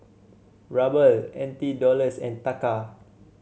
Ruble N T Dollars and Taka